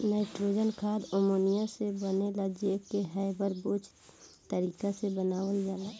nitrogen खाद ammonia से बनेला जे के हैबर बोच तारिका से बनावल जाला